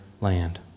land